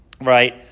right